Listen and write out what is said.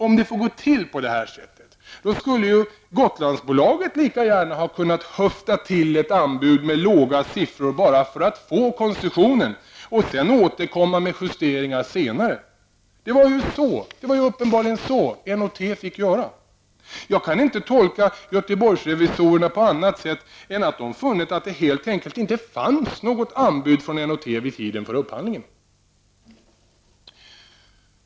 Om det får gå till på det sättet skulle ju Gotlandsbolaget lika gärna ha kunnat ''höfta till'' ett anbud med låga siffror bara för att få koncessionen och sedan återkomma med justeringar senare. Det var ju uppenbarligen så Jag kan inte tolka Göteborgsrevisorerna på annat sätt än att de funnit att det helt enkelt inte fanns något anbud från N & T vid tiden för upphandlingen.